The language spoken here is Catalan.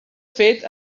fet